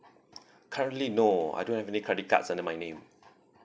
currently no I don't have any credit cards under my name